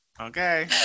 Okay